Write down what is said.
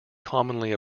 commonly